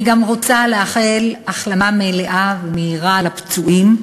אני גם רוצה לאחל החלמה מלאה ומהירה לפצועים.